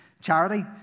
charity